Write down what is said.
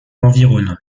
environnant